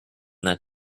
that